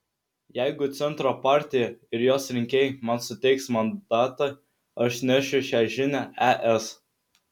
jeigu centro partija ir jos rinkėjai man suteiks mandatą aš nešiu šią žinią es